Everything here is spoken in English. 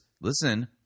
listen